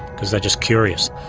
because they're just curious.